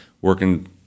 working